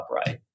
upright